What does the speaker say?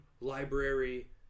library